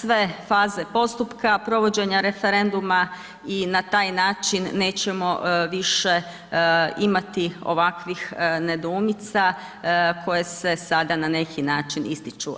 sve faze postupka provođenja referenduma i na taj način nećemo više imati ovakvih nedoumica koje se sada na neki način ističu.